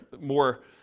more